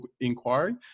inquiry